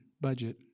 budget